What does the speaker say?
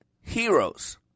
heroes